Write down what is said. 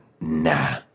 nah